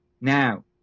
Now